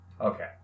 Okay